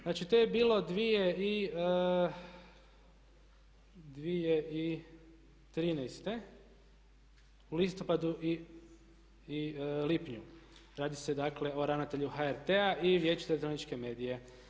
Znači to je bilo 2013. u listopadu i lipnju, radi se dakle o ravnatelju HRT-a i Vijeću za elektroničke medije.